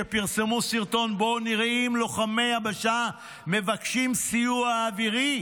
שפרסמו סרטון שבו נראים לוחמי יבשה מבקשים סיוע אווירי,